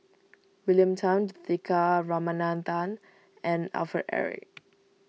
William Tan Juthika Ramanathan and Alfred Eric